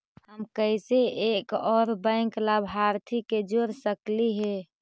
हम कैसे एक और बैंक लाभार्थी के जोड़ सकली हे?